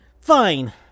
Fine